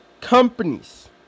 companies